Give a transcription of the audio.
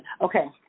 Okay